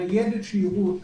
ניידת שיראו אותה,